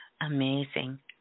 Amazing